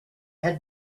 had